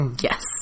Yes